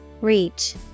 Reach